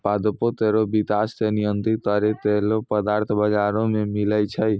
पादपों केरो विकास क नियंत्रित करै केरो पदार्थ बाजारो म मिलै छै